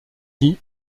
vit